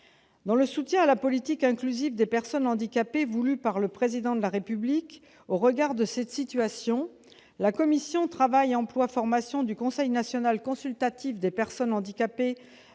Dans le soutien à la politique inclusive des personnes handicapées voulue par le Président de la République, au regard de cette situation, la commission travail-emploi-formation du Conseil national consultatif des personnes handicapées,